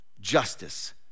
justice